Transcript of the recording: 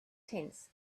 tents